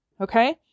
Okay